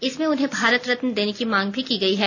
इसमें उन्हें भारत रत्न देने की मांग की गई है